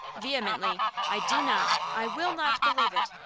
vehemently. i do not, i will not, believe it.